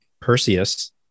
Perseus